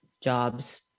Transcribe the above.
jobs